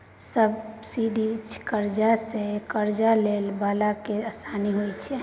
subsidised करजा सँ करजा लए बला केँ आसानी होइ छै